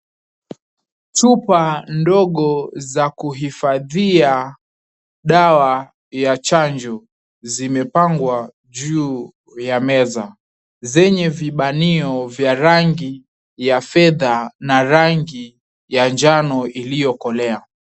Chupa ndogo za kuhifadhia dawa za chanjo, zimepangwa juu ya meza zenye vibanio vya rangi ya fedha na rangi ya njano iliyokolea.